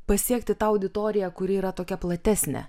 pasiekti tą auditoriją kuri yra tokia platesnė